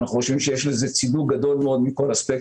ואנחנו חושבים שיש לזה צידוק גדול מכל אספקט,